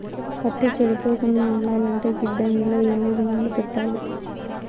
పత్తి చెడిపోకుండా ఉండాలంటే గిడ్డంగి లో ఎన్ని దినాలు పెట్టాలి?